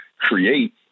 create